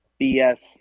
BS